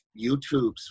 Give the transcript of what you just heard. YouTubes